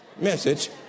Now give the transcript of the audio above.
message